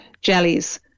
jellies